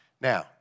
Now